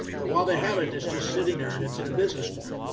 but while they have it, it's just sitting there and it's in a business form,